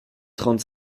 trente